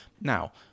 Now